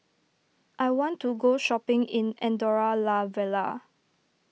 I want to go shopping in Andorra La Vella